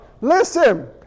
Listen